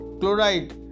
chloride